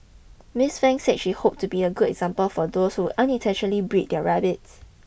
Miss Fang said she hoped to be a good example for those who unintentionally breed their rabbits